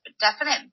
definite